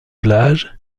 plage